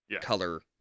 color